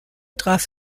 traf